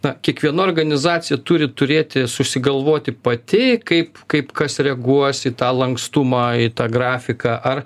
na kiekviena organizacija turi turėti susigalvoti pati kaip kaip kas reaguos į tą lankstumą į tą grafiką ar